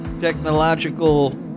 Technological